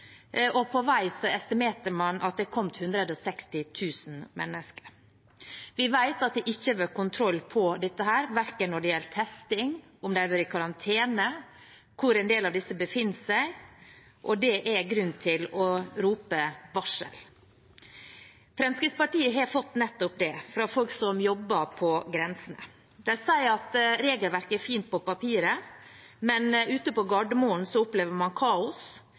og på vei estimerte man at det kom 160 000 mennesker. Vi vet at det ikke har vært kontroll på dette verken når det gjelder testing, om de har vært i karantene, eller hvor en del av disse befinner seg. Det er grunn til å komme med et varsel. Fremskrittspartiet har fått nettopp det, fra folk som jobber på grensene. De sier at regelverket er fint på papiret, men på Gardermoen opplever man kaos,